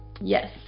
Yes